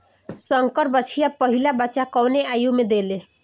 संकर बछिया पहिला बच्चा कवने आयु में देले?